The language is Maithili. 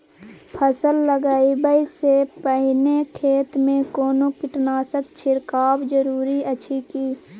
फसल लगबै से पहिने खेत मे कोनो कीटनासक छिरकाव जरूरी अछि की?